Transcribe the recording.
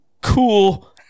cool